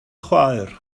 chwaer